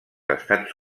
estats